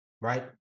right